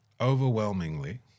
overwhelmingly